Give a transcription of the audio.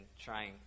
trying